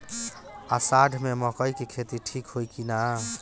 अषाढ़ मे मकई के खेती ठीक होई कि ना?